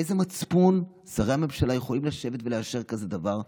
באיזה מצפון שרי הממשלה יכולים לשבת ולאשר כזה דבר?